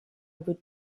would